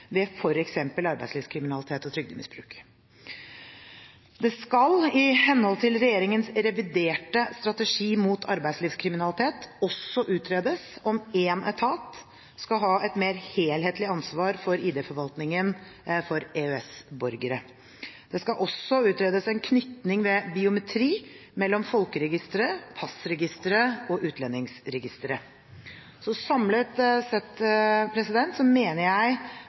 ved f.eks. arbeidslivskriminalitet og trygdemisbruk. Det skal i henhold til regjeringens reviderte strategi mot arbeidslivskriminalitet også utredes om én etat skal ha et mer helhetlig ansvar for ID-forvaltningen for EØS-borgerne. Det skal også utredes en knytning ved biometri mellom Folkeregisteret, passregisteret og utlendingsregisteret. Samlet sett mener jeg